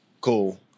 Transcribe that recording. cool